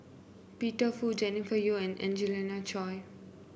Peter Fu Jennifer Yeo and Angelina Choy